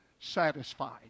satisfied